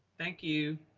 thank you.